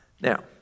Now